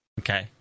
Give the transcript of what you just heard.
Okay